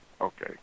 okay